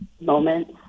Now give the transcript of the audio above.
moments